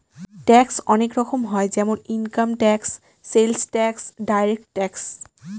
tax অনেক রকম হয় যেমন income tax, sales tax, direct tax